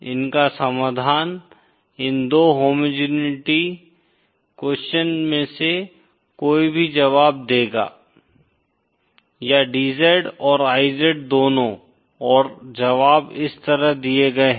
इनका समाधान इन दो होमोजेनिटी क्वेश्चन में से कोई भी जवाब देगा या DZ और IZ दोनों और जवाब इस तरह दिए गए हैं